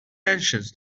anxious